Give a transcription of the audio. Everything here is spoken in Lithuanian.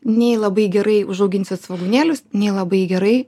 nei labai gerai užauginsit svogūnėlius nei labai gerai